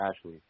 Ashley